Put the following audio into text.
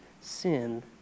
sin